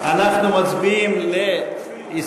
בעד, 51, נגד, 63, אין נמנעים.